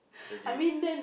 surgeries